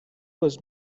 was